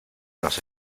nos